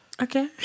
Okay